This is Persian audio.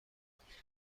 گفت، حتما